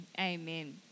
Amen